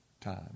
time